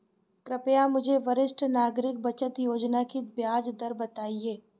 कृपया मुझे वरिष्ठ नागरिक बचत योजना की ब्याज दर बताएं?